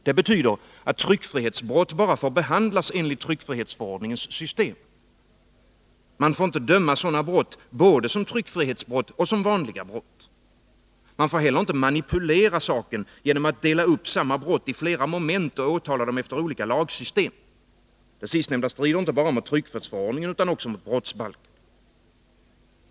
Det betyder att tryckfrihetsbrott bara får behandlas enligt tryckfrihetsförordningens system. Man får inte döma sådana brott både som tryckfrihetsbrott och som vanliga brott. Man får heller inte manipulera saken genom att dela upp samma brott i flera moment och åtala dem efter olika lagsystem. Det sistnämnda strider inte bara mot tryckfrihetsförordningen utan också mot brottsbalken.